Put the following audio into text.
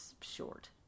short